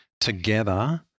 together